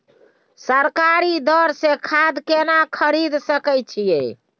सरकारी दर से खाद केना खरीद सकै छिये?